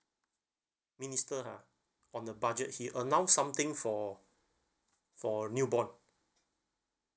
minister ha on the budget he announced something for for newborn